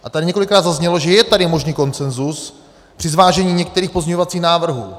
A tady několikrát zaznělo, že je tady možný konsenzus při zvážení některých pozměňovacích návrhů.